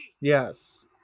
Yes